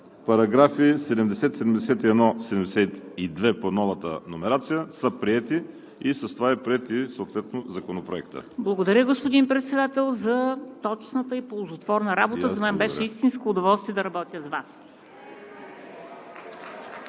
Параграфи 70, 71 и 72 по новата номерация са приети и с това е приет и съответно Законопроектът. ДОКЛАДЧИК МЕНДА СТОЯНОВА: Благодаря, господин Председател, за точната и ползотворна работа. За мен беше истинско удоволствие да работя с Вас.